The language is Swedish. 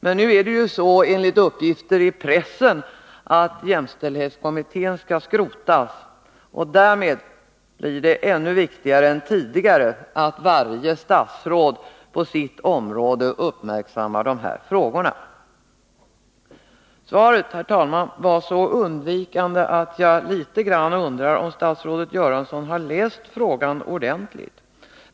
Men enligt uppgifter i pressen skall jämställdhetskommittén nu skrotas, och därmed blir det ännu viktigare än tidigare att varje statsråd på sitt område uppmärksammar de här frågorna. Svaret var så undvikande att jag nästan undrar om statsrådet Göransson har läst min fråga ordentligt.